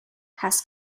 has